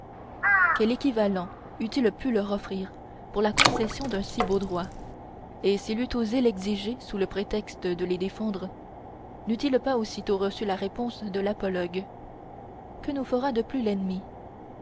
quel équivalent eût-il pu leur offrir pour la concession d'un si beau droit et s'il eût osé l'exiger sous le prétexte de les défendre n'eût-il pas aussitôt reçu la réponse de l'apologue que nous fera de plus l'ennemi